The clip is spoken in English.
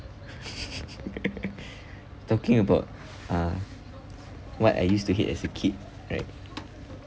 talking about uh what I used to hate as a kid right